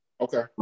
Okay